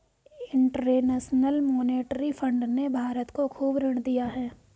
international monetary fund ने भारत को खूब ऋण दिया है